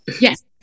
yes